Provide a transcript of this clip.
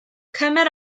cymer